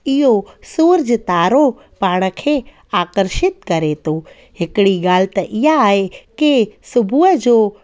इहो सूरज तारो पाण खे आकर्षित करे थो हिकिड़ी ॻाल्हि त ईअं आहे की सुबुहु जो